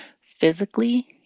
physically